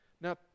Now